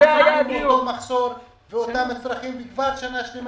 הם סובלים מאותו מחסור וכבר שנה שלמה